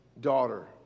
daughter